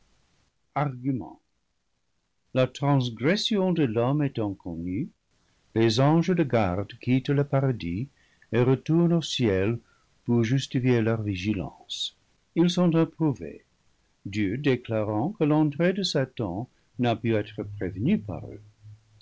argument la transgression de l'homme étant connue les anges de garde quittent le paradis et retournent au ciel pour justifier leur vigilance ils sont approuvés dieu déclarant que l'entrée de satan n'a pu être prévenue par eux